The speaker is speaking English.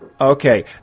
Okay